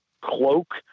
cloak